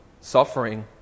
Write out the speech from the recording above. suffering